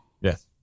Yes